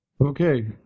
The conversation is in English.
Okay